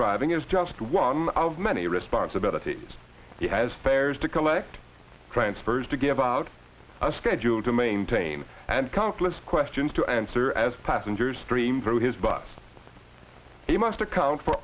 driving is just one of many responsibilities he has fairs to collect transfers to give out a schedule to maintain and countless questions to answer as passengers stream through his bus he must account for